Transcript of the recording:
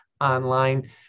online